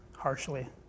harshly